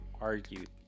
argued